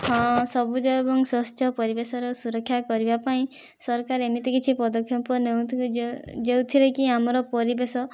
ହଁ ସବୁଜ ଏବଂ ସ୍ଵଚ୍ଛ ପରିବେଶର ସୁରକ୍ଷା କରିବାପାଇଁ ସରକାର ଏମିତି କିଛି ପଦକ୍ଷେପ ନେଉଥିବେ ଯେଉଁଥିରେକି ଆମର ପରିବେଶ